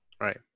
Right